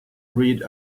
read